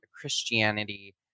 Christianity